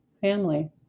family